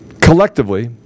collectively